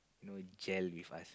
know gel with us